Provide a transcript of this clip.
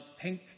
pink